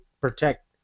protect